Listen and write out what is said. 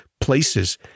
places